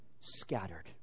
scattered